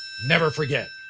never forget.